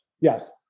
Yes